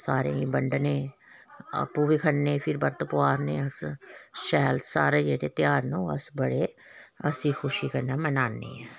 सारें गी बंडने आपूं बी खन्ने फिर बरत पुआरने आं अस शैल सारे जेह्के ध्यार न ओह् अस बडे़ हस्सी खुशी कन्नै मनाने